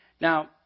Now